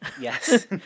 Yes